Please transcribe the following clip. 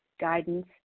guidance